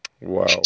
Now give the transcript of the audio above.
Wow